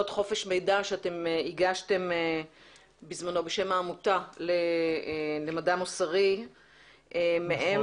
חופש מידע שאתם הגשתם בזמנו בשם העמותה למדע מוסרי מהם